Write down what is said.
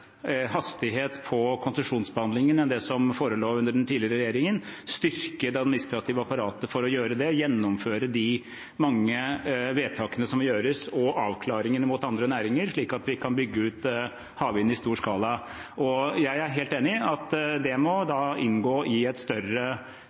hastighet på konsesjonsbehandlingen enn det som forelå under den tidligere regjeringen, styrke det administrative apparatet for å gjøre det, gjennomføre de mange vedtakene som må gjøres, og avklaringene mot andre næringer, slik at vi kan bygge ut havvind i stor skala. Jeg er helt enig i at det må